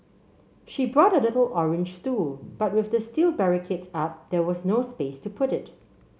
she brought a little orange stool but with the steel barricades up there was no space to put it